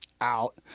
out